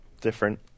different